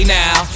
now